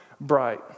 bright